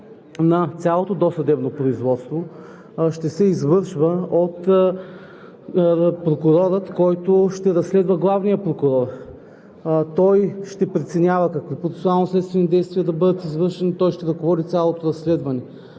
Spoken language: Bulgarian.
на цялото досъдебно производство ще се извършва от прокурора, който ще разследва главния прокурор. Той ще преценява какви процесуално-следствени действия да бъдат извършени, ще ръководи цялото разследване.